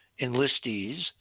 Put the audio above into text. enlistees